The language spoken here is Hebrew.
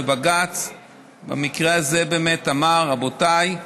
ובג"ץ במקרה הזה אמר: רבותיי,